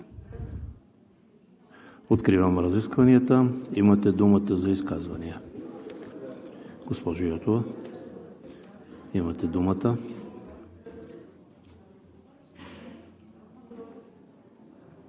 Откривам разискванията. Имате думата за изказвания. Госпожо Йотова, имате думата.